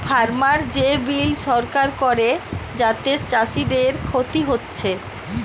farmer যে bill সরকার করে যাতে চাষীদের ক্ষতি হচ্ছে